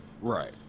Right